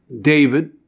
David